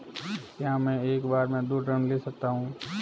क्या मैं एक बार में दो ऋण ले सकता हूँ?